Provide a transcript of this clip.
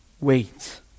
wait